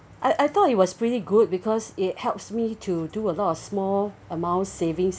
I I thought it was pretty good because it helps me to do a lot of small amount savings